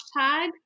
hashtag